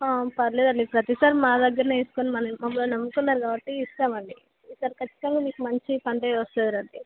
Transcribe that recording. పర్లేదండి ప్రతీసారి మా దగ్గరనే తీసుకుని మన మమ్మల్ని నమ్ముకున్నారు కాబట్టి ఇస్తామండి ఈ సారి ఖచ్చితంగా మీకు మంచి పంటే వస్తుంది రండి